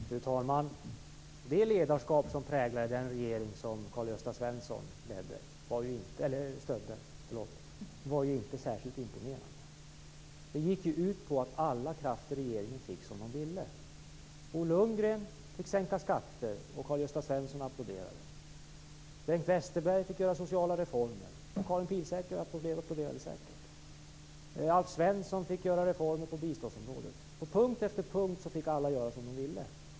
Fru talman! Det ledarskap som präglade den regering som Karl-Gösta Svenson stödde var inte särskilt imponerande. Det gick ut på att alla krafter i regeringen fick som de ville. Bo Lundgren fick sänka skatter, och Karl-Gösta Svenson applåderade. Bengt Westerberg fick genomföra sociala reformer, och Karin Pilsäter applåderade säkert. Alf Svensson fick genomföra reformer på biståndsområdet. På punkt efter punkt fick alla göra som de ville.